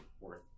worth